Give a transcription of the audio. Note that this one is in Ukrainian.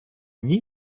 ній